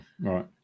right